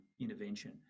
intervention